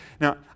Now